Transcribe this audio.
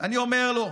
אני אומר לו,